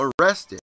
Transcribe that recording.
arrested